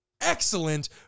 excellent